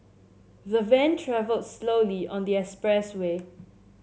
the van travelled slowly on the expressway